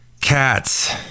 Cats